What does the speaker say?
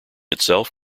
itself